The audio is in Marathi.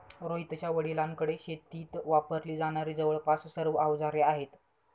रोहितच्या वडिलांकडे शेतीत वापरली जाणारी जवळपास सर्व अवजारे आहेत